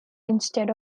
instead